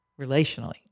relationally